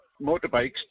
motorbikes